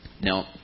Now